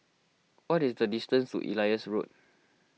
what is the distance to Elias Road